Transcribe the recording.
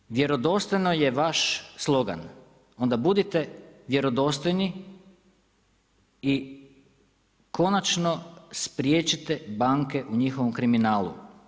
Dakle vjerodostojno je vaš slogan, onda budite vjerodostojni i konačno spriječite banke u njihovom kriminalu.